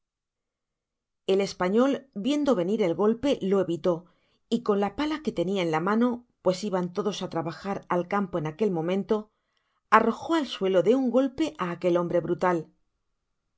el español viendo venir el golpe lo evitó y con la pala que tenia en la mano pues iban todos á trabajar al campo en aquel momento arrojó ai suelo de un golpe á aquel hombre brntal